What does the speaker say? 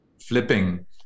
flipping